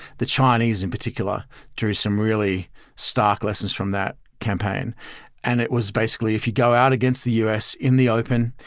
the chinese in particular drew some really stark lessons from that campaign and it was basically, if you go out against the u s. in the open,